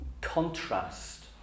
contrast